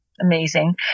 amazing